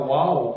Wow